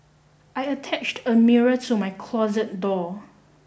I attached a mirror to my closet door